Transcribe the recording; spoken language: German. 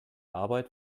arbeit